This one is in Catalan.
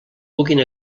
puguin